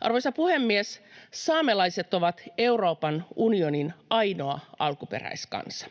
Arvoisa puhemies! Saamelaiset ovat Euroopan unionin ainoa alkuperäiskansa.